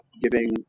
giving